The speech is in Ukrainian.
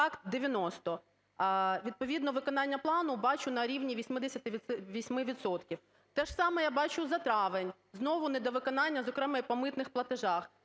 факт - 90. Відповідно виконання плану бачу на рівні 88 відсотків. Те ж саме я бачу за травень. Знову недовиконання, зокрема і по митних платежах.